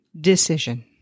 decision